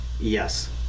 Yes